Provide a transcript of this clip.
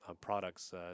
products